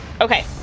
Okay